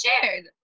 Shared